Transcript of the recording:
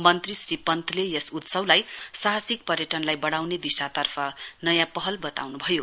मन्त्री श्री पन्तले यस उत्सवलाई साहसिक पर्यटनलाई बढ़ाउने दिशातर्फ नयाँ पहल बताउनु भयो